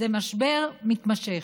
זה משבר מתמשך,